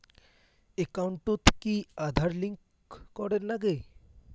একাউন্টত কি Aadhaar card link করের নাগে?